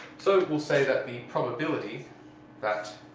so we'll say that the probability that